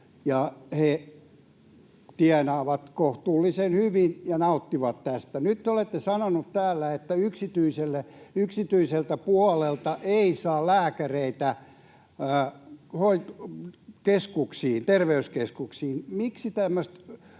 he tienaavat kohtuullisen hyvin ja nauttivat tästä. Nyt te olette sanoneet täällä, että yksityiseltä puolelta ei saa lääkäreitä terveyskeskuksiin. Miksi tämmöistä